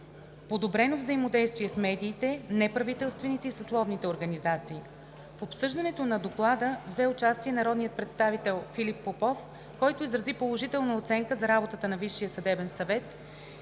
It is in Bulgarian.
подобрено взаимодействие с медиите, неправителствените и съсловните организации. В обсъждането на Доклада взе участие народният представител Филип Попов, който изрази положителна оценка за работата на Висшия съдебен съвет